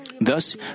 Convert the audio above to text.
Thus